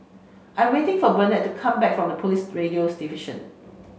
I waiting for Bennett come back from the Police Radio's Division